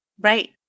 Right